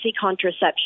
contraception